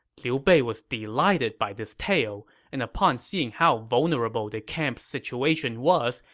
liu bei was delighted by this tale, and upon seeing how vulnerable the camp's situation was,